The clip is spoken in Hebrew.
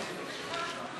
עד שהנה,